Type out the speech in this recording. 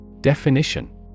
definition